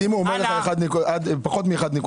אם הוא אומר לך פחות מ-1.6,